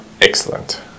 excellent